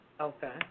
Okay